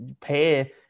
pay